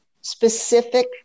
specific